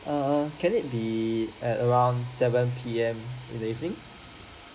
err err can it be at around seven P_M in the evening